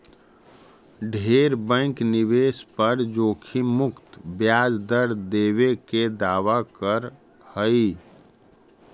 ढेर बैंक निवेश पर जोखिम मुक्त ब्याज दर देबे के दावा कर हई